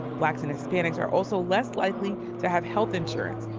blacks and hispanics are also less likely to have health insurance.